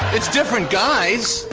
it's different guys,